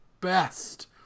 best